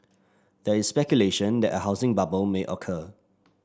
there is speculation that a housing bubble may occur